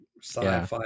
sci-fi